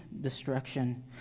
destruction